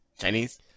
Chinese